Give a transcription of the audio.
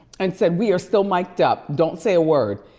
and said, we are still mic'ed up, don't say a word.